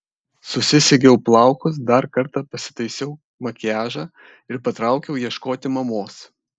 susisegiau plaukus dar kartą pasitaisiau makiažą ir patraukiau ieškoti mamos